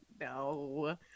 no